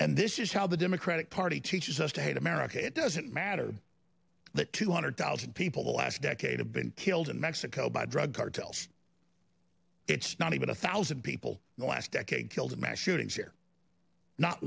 and this is how the democratic party teaches us to hate america it doesn't matter that two hundred thousand people the last decade have been killed in mexico by drug cartels it's not even a one thousand people the last decade killed in mass shootings here not